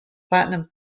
platinum